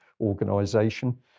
organization